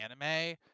anime